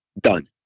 Done